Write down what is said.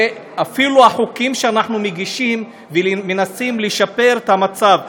ואפילו בחוקים שאנחנו מגישים ומנסים לשפר את המצב,